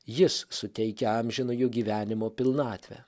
jis suteikia amžinajo gyvenimo pilnatvę